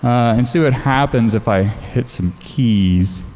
and see what happens if i hit some keys.